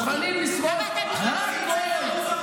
"סיפורה של שפחה",